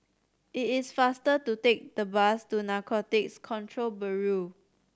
it is faster to take the bus to Narcotics Control Bureau